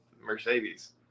Mercedes